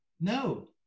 No